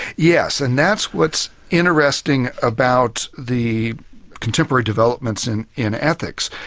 yes, and that's what interesting about the contemporary developments in in ethics.